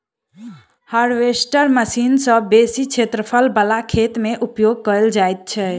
harvester machine सॅ बेसी क्षेत्रफल बला खेत मे उपयोग कयल जाइत छै